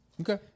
Okay